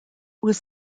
was